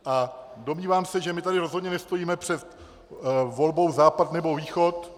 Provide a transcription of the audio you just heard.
A domnívám se, že my tady rozhodně nestojíme před volbou Západ, nebo Východ.